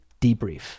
debrief